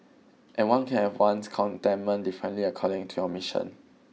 and one can have one's contentment differently according to your mission